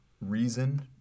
reason